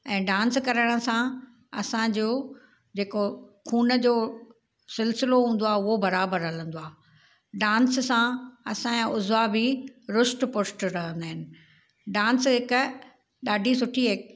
ऐं डांस करण सां असांजो जेको खून जो सिलसिलो हूंदो आहे उहो बराबरि हलंदो आहे डांस सां असांजा उज़वा बि रुष्ट पुष्ट रहंदा आहिनि डांस हिकु ॾाढी सुठी